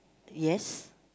yes